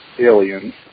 Aliens